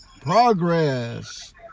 progress